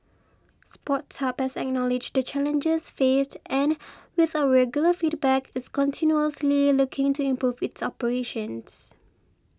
Sports Hub has acknowledged the challenges faced and with our regular feedback is continuously looking to improve its operations